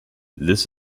this